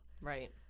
Right